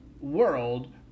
world